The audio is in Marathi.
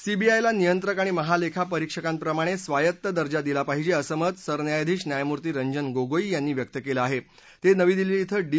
सीबीआयला नियंत्रक आणि महालखिपरीक्षकांप्रमाणखिायत्त दर्जा दिला पाहिज असं मत सरन्यायाधीश न्यायमूर्ती रंजन गोगोई यांनी व्यक्त कलि आह क्रिउची दिल्ली इथं डी